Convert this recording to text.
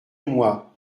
moi